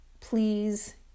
please